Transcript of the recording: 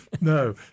no